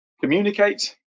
communicate